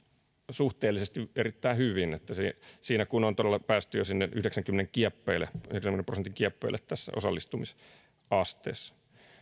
suhteellisesti erittäin hyvin siinä kun on todella päästy jo sinne yhdeksänkymmenen prosentin kieppeille osallistumisasteessa